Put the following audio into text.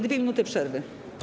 2 minuty przerwy.